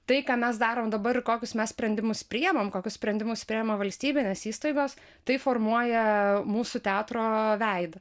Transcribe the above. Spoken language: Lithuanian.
tai ką mes darom dabar ir kokius mes sprendimus priimam kokius sprendimus priima valstybinės įstaigos tai formuoja mūsų teatro veidą